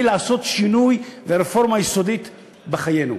לעשות שינוי ורפורמה יסודית בחיינו.